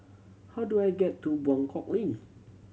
how do I get to Buangkok Link